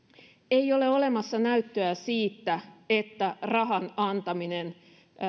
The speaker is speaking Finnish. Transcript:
ei ole olemassa näyttöä siitä että rahan antaminen